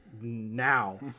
now